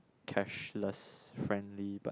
cashless friendly but